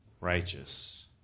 righteous